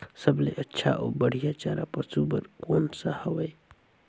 सबले अच्छा अउ बढ़िया चारा पशु बर कोन सा हवय?